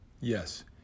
Yes